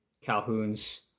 Calhoun's